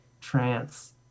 trance